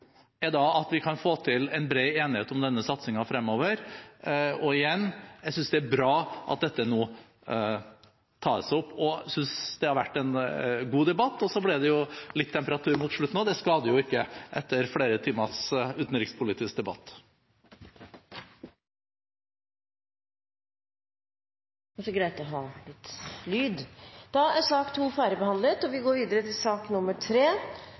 er at vi kan få til en bred enighet om denne satsingen fremover. Og igjen: Jeg synes det er bra at dette nå tas opp. Jeg synes det har vært en god debatt. Så ble det også litt temperatur mot slutten, og det skader jo ikke etter flere timers utenrikspolitisk debatt. Da er sak nr. 2 ferdigbehandlet. Etter ønske fra kommunal- og forvaltningskomiteen vil presidenten foreslå at taletiden blir begrenset til